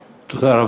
תודה רבה.